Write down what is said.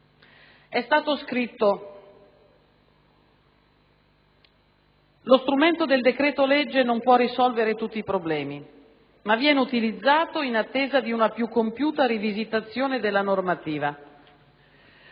È stato scritto: «Lo strumento del decreto-legge non può risolvere tutti i problemi (...) ma viene utilizzato (...) in attesa di una più compiuta rivisitazione della normativa».